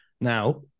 Now